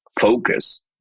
focus